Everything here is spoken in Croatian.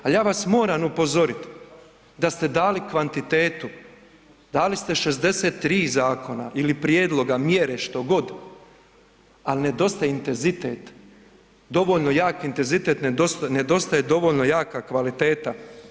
Al ja vas moram upozorit da ste dali kvantitetu, dali ste 63 zakona ili prijedloga, mjere, što god, al nedostaje intenzitet, dovoljno jak intenzitet, nedostaje dovoljno jaka kvaliteta.